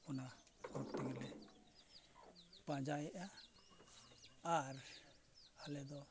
ᱚᱱᱟ ᱦᱚᱨ ᱛᱮᱜᱮᱞᱮ ᱯᱟᱸᱡᱟᱭᱮᱜᱼᱟ ᱟᱨ ᱟᱞᱮ ᱫᱚ